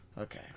Okay